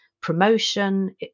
promotion